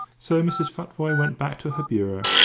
so mrs. futvoye went back to her bureau,